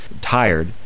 tired